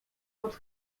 pod